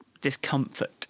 discomfort